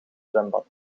zwembad